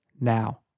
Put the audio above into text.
now